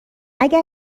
اگر